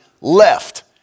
left